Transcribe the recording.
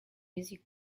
music